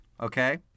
Okay